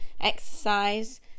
exercise